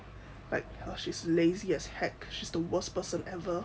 like she's lazy as heck she's the worst person ever